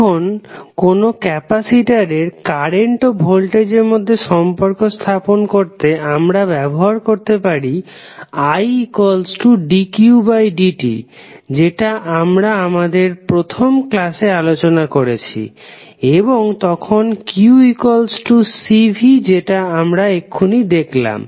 এখন কোন ক্যাপাসিটরের কারেন্ট ও ভোল্টেজের মধ্যে সম্পর্ক স্থাপন করতে আমারা ব্যবহার করতে পারি idqdt যেটা আমরা আমাদের প্রথম ক্লাসে আলোচনা করছি এবং তখন qCv যেটা আমরা এখুনি দেখলাম